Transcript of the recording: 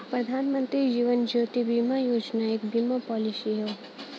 प्रधानमंत्री जीवन ज्योति बीमा योजना एक बीमा पॉलिसी हौ